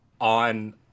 on